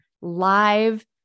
live